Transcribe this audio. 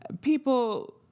people